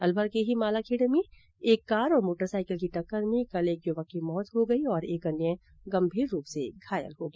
अलवर के ही मालाखेड़ा में कार और मोटरसाइिकल की टक्कर में कल एक युवक की मौत हो गई और एक अन्य गंभीर रुप से घायल हो गया